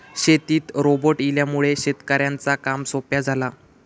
शेतीत रोबोट इल्यामुळे शेतकऱ्यांचा काम सोप्या झाला